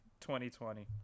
2020